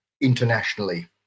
internationally